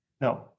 No